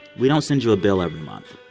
we don't send you a bill every month.